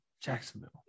Jacksonville